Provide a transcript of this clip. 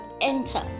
enter